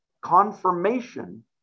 confirmation